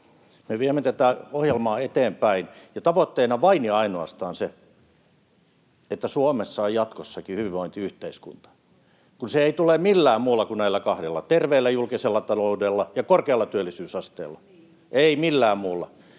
Me viemme tätä ohjelmaa eteenpäin, ja tavoitteena on vain ja ainoastaan se, että Suomessa on jatkossakin hyvinvointiyhteiskunta. Se ei tule millään muulla kuin näillä kahdella, terveellä julkisella taloudella ja korkealla työllisyysasteella,